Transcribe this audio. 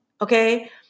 Okay